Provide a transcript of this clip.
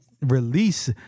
Release